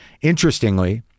interestingly